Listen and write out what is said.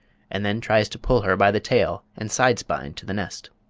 and then tries to pull her by the tail and side-spine to the nest.